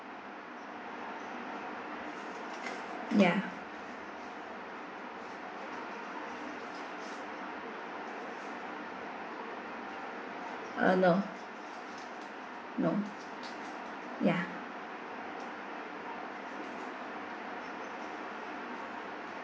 ya uh no no ya